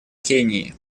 кении